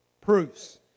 proofs